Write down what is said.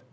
På